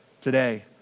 Today